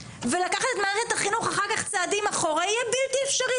ולקחת את מערכת החינוך אחר כך צעדים אחורה יהיה בלתי אפשרי.